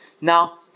Now